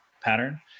pattern